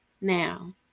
Now